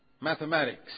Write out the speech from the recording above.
mathematics